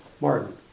Martin